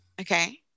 Okay